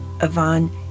Ivan